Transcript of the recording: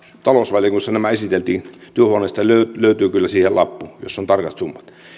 talousvaliokunnassa nämä esiteltiin työhuoneesta löytyy kyllä lappu jossa on tarkat summat